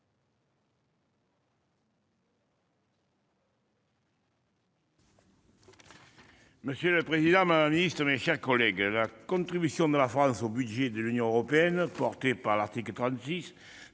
Monsieur le président, madame la secrétaire d'État, mes chers collègues, la contribution de la France au budget de l'Union européenne, objet de l'article 36,